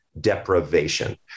deprivation